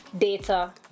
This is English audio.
Data